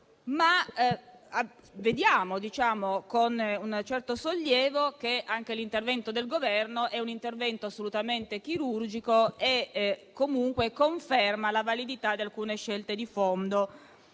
Vediamo con un certo sollievo che anche quello del Governo è un intervento assolutamente chirurgico e comunque conferma la validità di alcune scelte di fondo